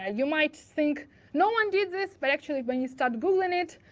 ah you might think no one did this, but actually, when you start googling it,